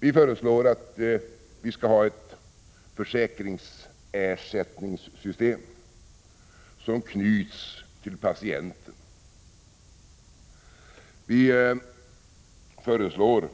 Vi föreslår att vi skall ha ett försäkringsersättningssystem som knyts till patienten och